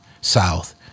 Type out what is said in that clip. South